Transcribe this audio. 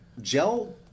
gel